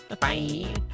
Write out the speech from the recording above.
Bye